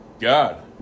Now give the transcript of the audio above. God